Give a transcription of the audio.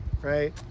right